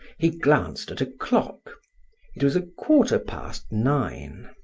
he glanced at a clock it was a quarter past nine.